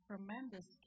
Tremendous